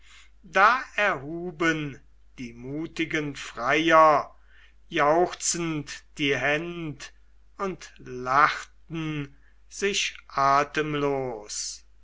da erhuben die mutigen freier jauchzend die händ und lachten sich atemlos